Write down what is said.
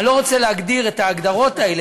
אני לא רוצה להגדיר את ההגדרות האלה,